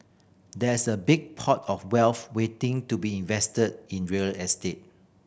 there's a big pot of wealth waiting to be invested in real estate